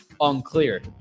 unclear